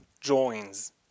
joins